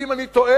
ואם אני טועה,